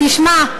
תשמע.